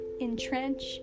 entrench